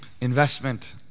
investment